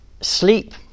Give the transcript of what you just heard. sleep